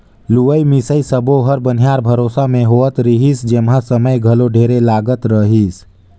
लुवई मिंसई सब्बो हर बनिहार भरोसा मे होवत रिहिस जेम्हा समय घलो ढेरे लागत रहीस